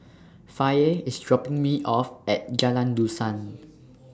Faye IS dropping Me off At Jalan Dusan